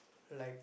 like